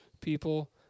people